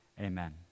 Amen